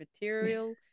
material